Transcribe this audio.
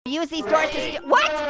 use these doors to